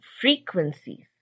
frequencies